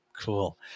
Cool